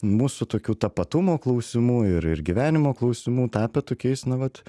mūsų tokių tapatumo klausimų ir ir gyvenimo klausimų tapę tokiais na vat